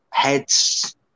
Heads